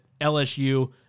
LSU